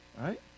Right